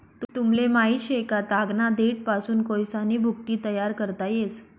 तुमले माहित शे का, तागना देठपासून कोयसानी भुकटी तयार करता येस